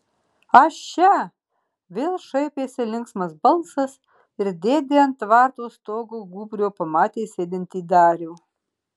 aš čia vėl šaipėsi linksmas balsas ir dėdė ant tvarto stogo gūbrio pamatė sėdintį darių